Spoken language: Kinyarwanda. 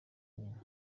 nyina